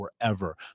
forever